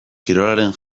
kirolaren